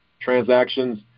transactions